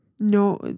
No